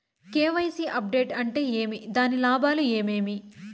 KYC update అంటే ఏమి? దాని లాభాలు ఏమేమి?